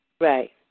Right